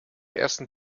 ersten